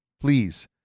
Please